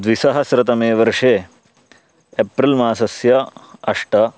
द्विसहस्रतमे वर्षे एप्रिल्मासस्य अष्ट